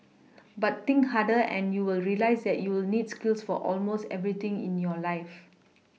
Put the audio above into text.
but think harder and you will realise that you need skills for almost everything in your life